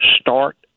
start